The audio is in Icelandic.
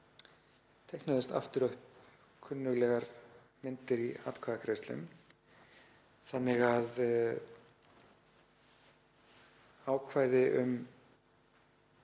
teiknuðust aftur upp kunnuglegar myndir í atkvæðagreiðslum þannig að ákvæði um